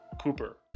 Cooper